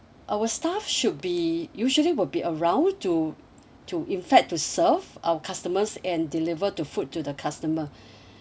our staff should be usually will be around to to in fact to serve our customers and deliver to food to the customer